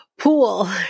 Pool